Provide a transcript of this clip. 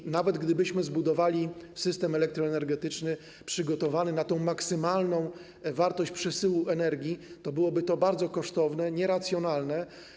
I nawet gdybyśmy zbudowali system elektroenergetyczny przygotowany na tę maksymalną wartość przesyłu energii, to byłoby to bardzo kosztowne, nieracjonalne.